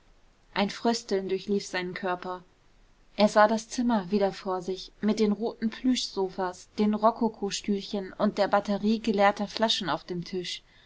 ein frösteln durchlief seinen körper er sah das zimmer wieder vor sich mit den roten plüschsofas den rokokostühlchen und der batterie geleerter flaschen auf dem tisch